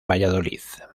valladolid